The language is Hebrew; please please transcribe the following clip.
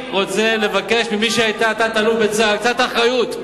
אני רוצה לבקש ממי שהיתה תת-אלוף בצה"ל קצת אחריות.